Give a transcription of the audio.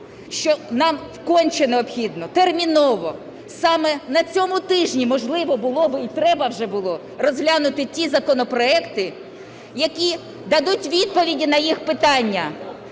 що нам конче необхідно, терміново саме на цьому тижні, можливо, було б і треба вже було розглянути ті законопроекти, які дадуть відповіді на їх питання.